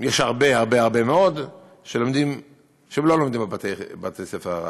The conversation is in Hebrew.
יש הרבה מאוד שלא לומדים בבתי-הספר הרשמיים.